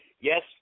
yes